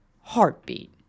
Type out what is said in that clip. heartbeat